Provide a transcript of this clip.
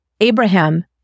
Abraham